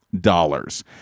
dollars